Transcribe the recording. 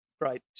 great